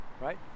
Right